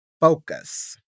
focus